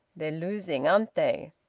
they're losing, aren't they?